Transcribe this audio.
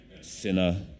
sinner